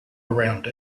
around